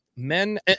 Men